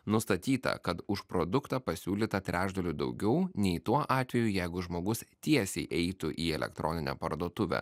nustatyta kad už produktą pasiūlyta trečdaliu daugiau nei tuo atveju jeigu žmogus tiesiai eitų į elektroninę parduotuvę